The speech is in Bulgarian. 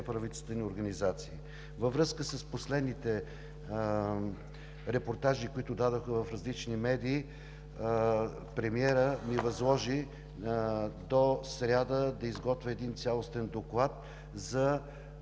неправителствени организации. Във връзка с последните репортажи, които дадоха в различни медии, премиерът ми възложи до сряда да изготвя цялостен доклад за